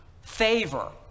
favor